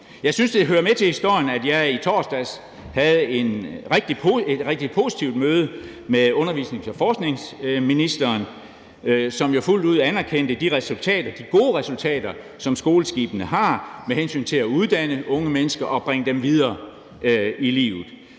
Jeg synes, det hører med til historien, at jeg i torsdags havde et rigtig positivt møde med uddannelses- og forskningsministeren, som jo fuldt ud anerkendte de gode resultater, som skoleskibene har med hensyn til at uddanne unge mennesker og bringe dem videre i livet.